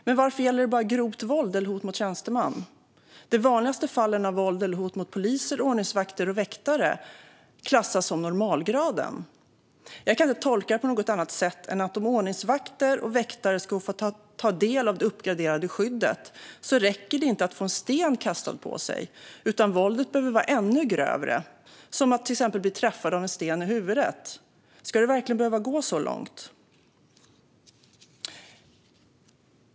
Men varför gäller det bara grovt våld eller hot mot tjänsteman? De vanligaste fallen av våld eller hot mot poliser, ordningsvakter och väktare klassas som av normalgraden. Jag kan inte tolka det på något annat sätt än att om ordningsvakter och väktare ska få ta del av det uppgraderade skyddet räcker det inte att få en sten kastad på sig, utan våldet behöver vara ännu grövre, till exempel att bli träffad av en sten i huvudet. Ska det verkligen behöva gå så långt?